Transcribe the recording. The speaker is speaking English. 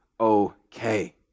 okay